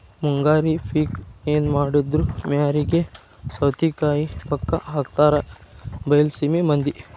ಮುಂಗಾರಿ ಪಿಕ್ ಎನಮಾಡಿದ್ರು ಮ್ಯಾರಿಗೆ ಸೌತಿಕಾಯಿ ಪಕ್ಕಾ ಹಾಕತಾರ ಬೈಲಸೇಮಿ ಮಂದಿ